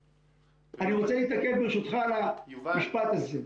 אני רוצה להתעכב, ברשותך, משפט על זה.